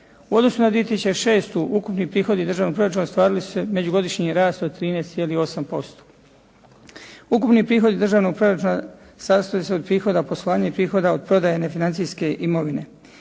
U odnosu na 2006. ukupni prihodi državnog proračuna ostvarili su međugodišnji rast od 13,8%. Ukupni prihodi državnog proračuna sastoje se od prihoda poslovanja i prihoda od prodaje nefinancijske imovine.